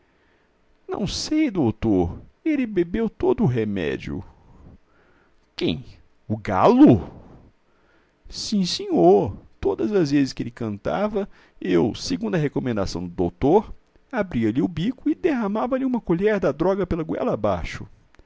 não sei doutor ele bebeu todo o remédio quem o galo sim senhor todas as vezes que ele cantava eu segundo a recomendação do doutor abria-lhe o bico e derramava lhe uma colher da droga pela goela abaixo